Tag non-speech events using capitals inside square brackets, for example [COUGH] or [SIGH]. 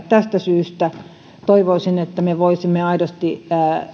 [UNINTELLIGIBLE] tästä syystä toivoisin että me voisimme aidosti